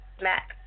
Mac